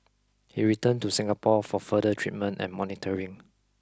he returned to Singapore for further treatment and monitoring